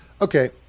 Okay